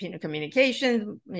communication